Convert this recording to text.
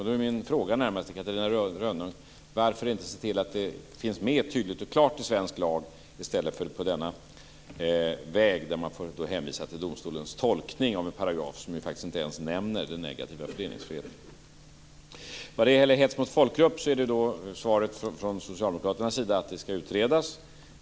Då är min fråga till Catarina Rönnung närmast: Varför inte se till att det finns med tydligt och klart i svensk lag i stället för på denna väg där man får hänvisa till domstolens tolkning av en paragraf som faktiskt inte ens nämner den negativa föreningsfriheten? Vad gäller hets mot folkgrupp är svaret från socialdemokraternas sida att det skall utredas.